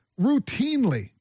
routinely